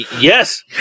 Yes